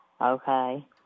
Okay